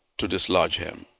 to dislodge him.